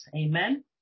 Amen